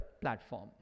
platform